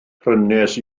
prynais